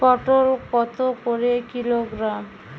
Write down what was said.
পটল কত করে কিলোগ্রাম?